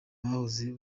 bahoze